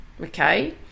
Okay